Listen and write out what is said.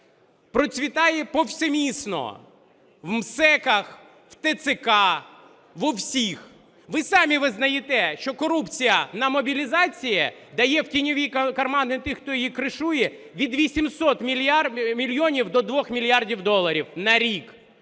Процвітає повсемісно в МСЕК, в ТЦК, у всіх. Ви самі визнаєте, що корупція на мобілізації дає в тіньові кармани тих, хто її "кришує", від 800 мільйонів до 2 мільярдів доларів на рік.